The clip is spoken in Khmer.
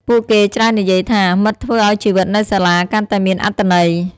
ពួកគេច្រើននិយាយថា “មិត្តធ្វើឲ្យជីវិតនៅសាលាកាន់តែមានអត្ថន័យ។